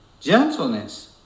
gentleness